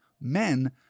Men